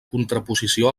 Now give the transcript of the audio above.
contraposició